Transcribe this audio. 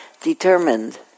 determined